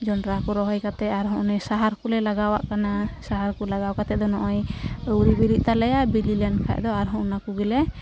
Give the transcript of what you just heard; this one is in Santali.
ᱡᱚᱸᱰᱨᱟᱠᱚ ᱨᱚᱦᱚᱭ ᱠᱟᱛᱮᱫ ᱟᱨᱦᱚᱸ ᱚᱱᱮ ᱥᱟᱦᱟᱨ ᱠᱚᱞᱮ ᱞᱟᱜᱟᱣᱟᱜ ᱠᱟᱱᱟ ᱥᱟᱦᱟᱨᱠᱚ ᱞᱟᱜᱟᱣ ᱠᱟᱛᱮᱫ ᱫᱚ ᱱᱚᱜᱼᱚᱭ ᱟᱹᱣᱨᱤ ᱵᱤᱞᱤᱜᱛᱟᱞᱮᱭᱟ ᱵᱤᱞᱤᱞᱮᱱ ᱠᱷᱟᱱ ᱫᱚ ᱟᱨᱦᱚᱸ ᱚᱱᱟᱠᱚᱜᱮ ᱞᱮ